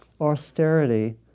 austerity